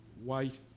white